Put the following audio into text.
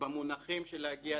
לבקש מהרשם ולהגיד